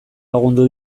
lagundu